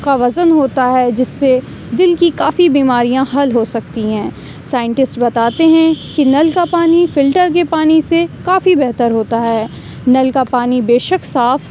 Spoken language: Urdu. کا وزن ہوتا ہے جس سے دِل كی كافی بیماریاں حل ہو سکتی ہیں سائنٹسٹ بتاتے ہیں کہ نل کا پانی فلٹر کے پانی سے کافی بہتر ہوتا ہے نل کا پانی بے شک صاف